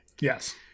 Yes